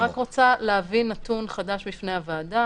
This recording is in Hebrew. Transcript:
אני רק רוצה להביא נתון חדש בפני הוועדה.